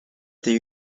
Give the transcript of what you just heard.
their